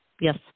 yes